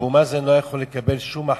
אבו מאזן לא יכול לקבל שום החלטה,